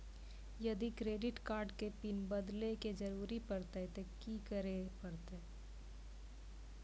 यदि credit card के PIN बदले के जरूरी परतै ते की करे परतै?